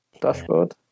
dashboard